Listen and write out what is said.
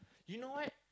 you know what